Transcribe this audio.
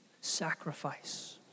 Sacrifice